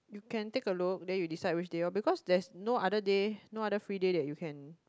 you can take a look then you decide which day orh because there's no other day no other free day that you can